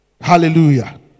Hallelujah